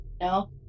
No